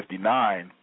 1959